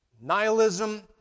Nihilism